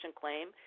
claim